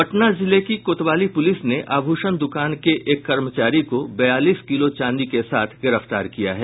पटना जिले की कोतवाली पुलिस ने आभूषण दुकान के एक कर्मचारी को बयालीस किलो चांदी के साथ गिरफ्तार किया है